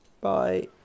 Bye